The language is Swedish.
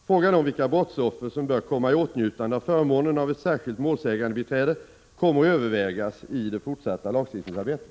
Frågan om vilka brottsoffer som bör komma i åtnjutande av förmånen av ett särskilt målsägandebiträde kommer att övervägas i det fortsatta lagstiftningsarbetet.